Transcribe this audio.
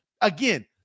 again